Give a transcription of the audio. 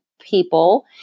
people